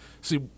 See